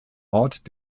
ort